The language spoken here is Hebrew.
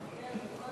בני-אדם?